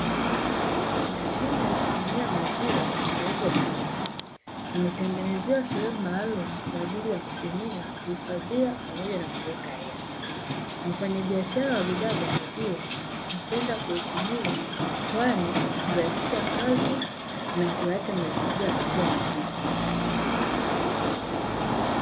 Mashine ya kupimia maziwa inauzwa dukani. Imetengenezwa sehemu maalumu kwa ajili ya kupimia, kuhifadhia pamoja na kuweka hela. Wafanyabiashara wa bidhaa za maziwa hupenda kuitumia kwani hurahisisha kazi na kuyaacha mazingira yakiwa nadhifu.